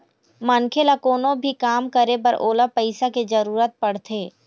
मनखे ल कोनो भी काम करे बर ओला पइसा के जरुरत पड़थे